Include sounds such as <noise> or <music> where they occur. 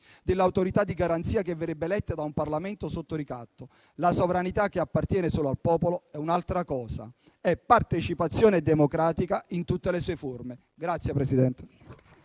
delle autorità di garanzia che verrebbe eletta da un Parlamento sotto ricatto. La sovranità che appartiene solo al popolo è un'altra cosa: è partecipazione democratica in tutte le sue forme. <applause>